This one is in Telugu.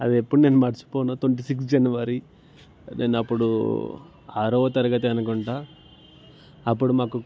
అదెప్పుడు నేను మర్చిపోను ట్వంటీ సిక్స్ జనవరి నేను అప్పుడు ఆరవ తరగతి అనుకుంటాను అప్పుడు మాకు